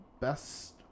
best